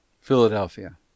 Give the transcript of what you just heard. PHILADELPHIA